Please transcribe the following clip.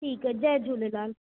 ठीकु आहे जय झूलेलाल